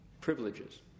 privileges